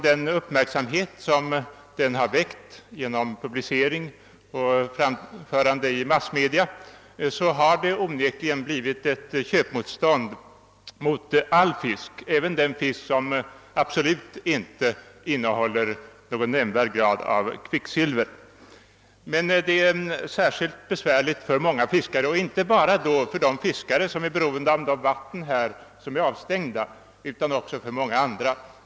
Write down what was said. Den uppmärksamhet som kvicksilverfrågan har väckt i pressen och i andra massmedia har onekligen framkallat ett köpmotstånd mot all fisk, även den som absolut inte innehåller någon nämnvärd halt av kvicksilver. Det har blivit direkta svårigheter för många fiskare, inte bara för dem som är beroende av de vatten som är avstängda, utan även för många andra.